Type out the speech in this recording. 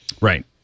Right